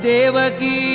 Devaki